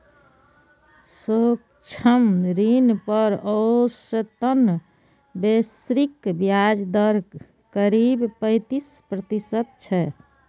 सूक्ष्म ऋण पर औसतन वैश्विक ब्याज दर करीब पैंतीस प्रतिशत छै